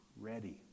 ready